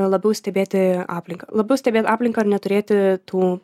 labiau stebėti aplinką labiau stebėt aplinką ir neturėti tų